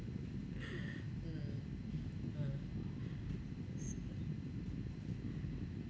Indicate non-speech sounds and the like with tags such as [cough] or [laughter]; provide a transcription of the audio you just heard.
[noise] mmhmm